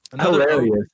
Hilarious